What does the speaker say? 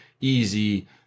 easy